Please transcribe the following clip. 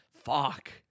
fuck